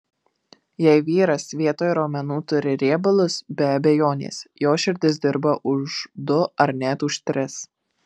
jei vyras vietoj raumenų turi riebalus be abejonės jo širdis dirba už du ar net už tris